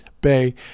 Bay